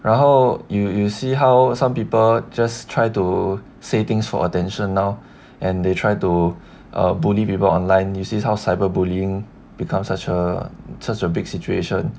然后 you you see how some people just try to say things for attention now and they try to err bully people online you see how cyber bullying becomes such a such a big situation